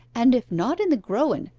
and if not in the growen,